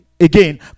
again